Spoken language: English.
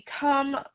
become